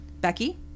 Becky